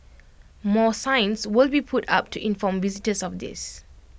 more signs will be put up to inform visitors of this